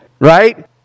right